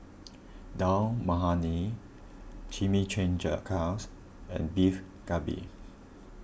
Dal Makhani and Beef Galbi